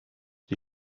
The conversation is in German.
die